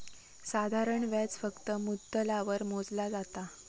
साधारण व्याज फक्त मुद्दलावर मोजला जाता